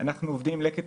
שמלכלכת